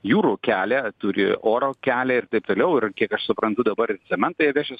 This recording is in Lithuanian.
jūrų kelią turi oro kelią ir taip toliau ir kiek aš suprantu dabar ir cementą jie vešis